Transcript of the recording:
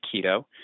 keto